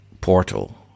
portal